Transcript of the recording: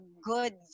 good